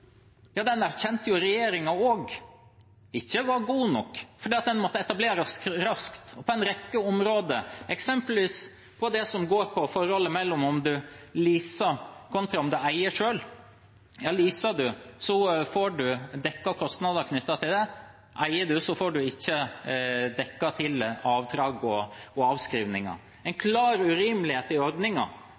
erkjente også regjeringen ikke var god nok, fordi den måtte etableres raskt, og dekke en rekke områder, eksempelvis det som går på forholdet mellom å lease og å eie selv. Leaser du, får du dekket kostnader knyttet til det, men eier du, får du ikke dekket avdrag og avskrivninger. Det er en klar urimelighet i